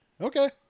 okay